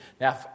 Now